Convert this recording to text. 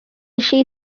she